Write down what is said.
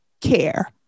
care